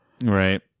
right